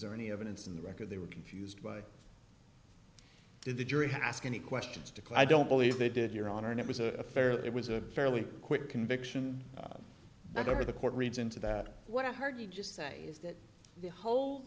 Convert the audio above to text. there any evidence in the record they were confused by did the jury ask any questions to class i don't believe they did your honor and it was a fair it was a fairly quick conviction but over the court reads into that what i heard you just say is that the whole